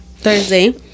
Thursday